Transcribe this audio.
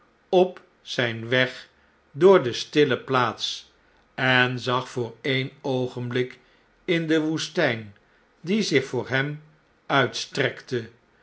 op zp weg over de stille plaats en zagvoor ee'n oogenblik in de woestijn die zich voor hem uitstrekte